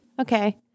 okay